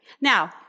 Now